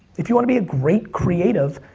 if you wanna be a great creative,